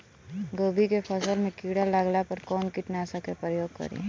गोभी के फसल मे किड़ा लागला पर कउन कीटनाशक का प्रयोग करे?